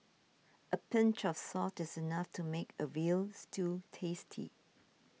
a pinch of salt is enough to make a Veal Stew tasty